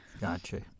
Gotcha